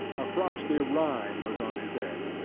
a frosty rime was on his head,